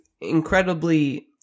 incredibly